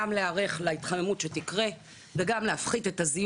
גם להיערך להתחממות שתקרה וגם להפחית את הזיהום